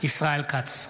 ישראל כץ,